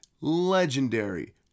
legendary